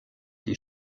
die